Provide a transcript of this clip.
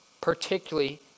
particularly